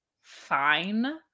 fine